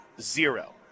zero